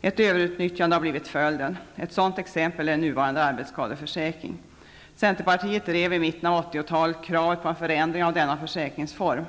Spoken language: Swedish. Ett överutnyttjande har blivit följden. Ett sådant exempel är nuvarande arbetsskadeförsäkring. Centerpartiet drev i mitten av 80-talet kravet på en förändring av denna försäkringsform.